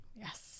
Yes